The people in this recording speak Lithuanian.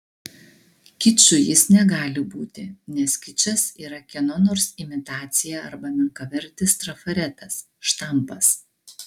kiču jis negali būti nes kičas yra kieno nors imitacija arba menkavertis trafaretas štampas